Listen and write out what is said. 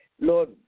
Lord